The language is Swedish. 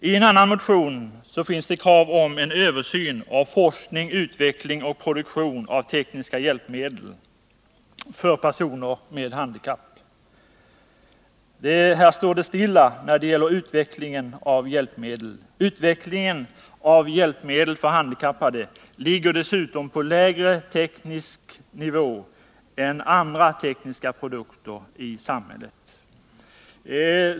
I en annan motion finns krav på en översyn av forskning, utveckling och produktion av tekniska hjälpmedel för personer med handikapp. Där står det så gott som stilla! Utvecklingen av hjälpmedel för handikappade ligger dessutom på lägre teknisk nivå än den gör för andra tekniska produkter i samhället.